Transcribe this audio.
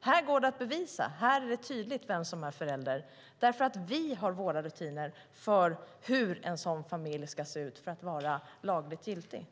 Här går det att bevisa. Här är det tydligt vem som är förälder, eftersom vi har våra rutiner för hur en sådan familj ska se ut för att vara lagligt giltig.